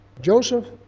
Joseph